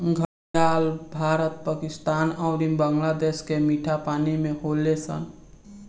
घड़ियाल भारत, पाकिस्तान अउरी बांग्लादेश के मीठा पानी में होले सन